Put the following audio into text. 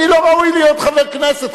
אני לא ראוי להיות חבר כנסת,